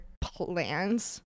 plans